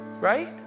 right